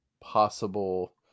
possible